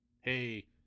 hey